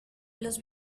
los